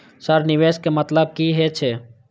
Sir निवेश के मतलब की हे छे?